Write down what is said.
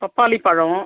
பப்பாளி பழம்